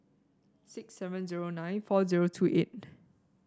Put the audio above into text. six seven zero nine four zero two eight